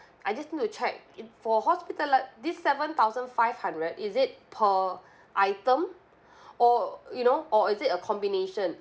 I just need to check it for hospitali~ this seven thousand five hundred is it per item or you know or is it a combination